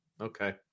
okay